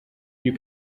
you